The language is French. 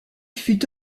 fut